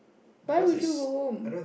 why would you go home